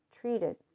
treated